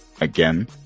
Again